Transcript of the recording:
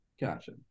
Gotcha